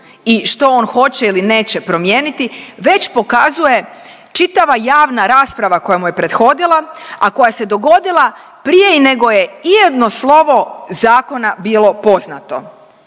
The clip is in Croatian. i što on hoće ili neće promijeniti već pokazuje čitava javna rasprava koja mu je prethodila, a koja se dogodila prije i nego je i jedno slovo zakona bilo poznato.